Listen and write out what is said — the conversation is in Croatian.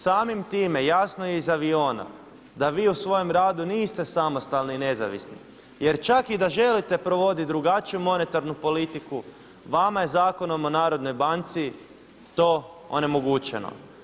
Samim time jasno je iz aviona da vi u svojem radu niste samostalni i nezavisni jer čak i da želite provoditi drugačiju monetarnu politiku, vama je Zakonom o narodnoj banci to onemogućeno.